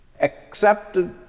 accepted